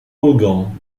ulgą